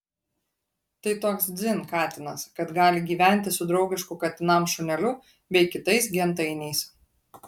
tai toks dzin katinas kad gali gyventi su draugišku katinams šuneliu bei kitais gentainiais